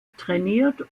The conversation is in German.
trainiert